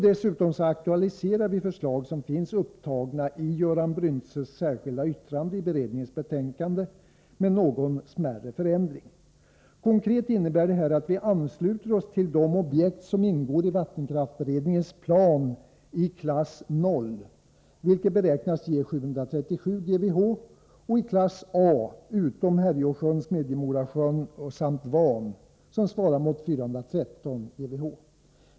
Dessutom aktualiserar vi förslag som finns upptagna i Göran Bryntses särskilda yttrande i beredningens betänkande, med någon smärre förändring. Konkret innebär detta att vi ansluter oss till de objekt som ingår i vattenkraftsberedningens plan i klass 0, vilket beräknas ge 737 GWh, och i klass A, utom Härjeåsjön och Smedjemorasjön samt Van, som svarar mot 413 GWh.